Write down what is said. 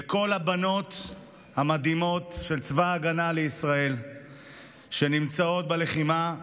לכל הבנות המדהימות של צבא ההגנה לישראל שנמצאות בלחימה,